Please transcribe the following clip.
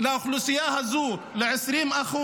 לאוכלוסייה הזו, ל-20%,